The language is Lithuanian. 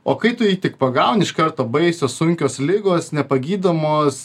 o kai tu jį tik pagauni iš karto baisios sunkios ligos nepagydomos